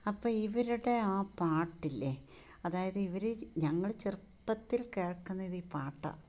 അപ്പോൾ ഇവരുടെ ആ പാട്ടില്ലേ അതായത് ഇവര് ഞങ്ങള് ചെറ്പ്പത്തിൽ കേൾക്കുന്നത് ഈ പാട്ടാണ്